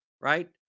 right